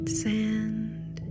sand